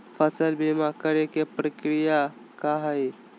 फसल बीमा करे के प्रक्रिया का हई?